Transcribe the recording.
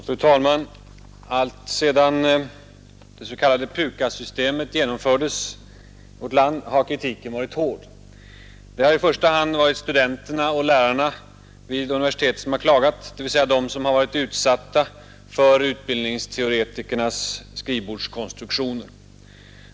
Fru talman! Alltsedan det s.k. PUKAS-systemet genomfördes i vårt land har kritiken varit hård. Det har i första hand varit studenterna och lärarna vid universiteten som har klagat, dvs. de som har varit utsatta för utbildningsteoretikernas skrivbordskonstruktioner.